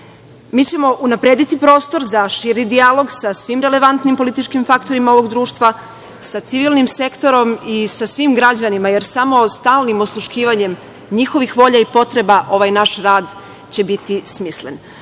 ćemo unaprediti prostor za širi dijalog sa svim relevantnim političkim faktorima ovog društva, sa civilnim sektorom i sa svim građanima, jer samo stalnim osluškivanjem njihovih volja i potreba ovaj naš rad će biti smislen. Ono